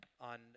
on